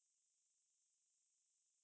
ya 这是 statistics